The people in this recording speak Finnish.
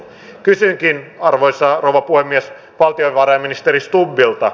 kysynkin arvoisa rouva puhemies valtiovarainministeri stubbilta